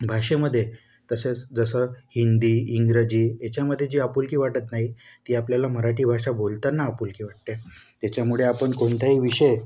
भाषेमध्ये तसेच जसं हिंदी इंग्रजी याच्यामध्ये जी आपुलकी वाटत नाही ती आपल्याला मराठी भाषा बोलताना आपुलकी वाटते त्याच्यामुळे आपण कोणताही विषय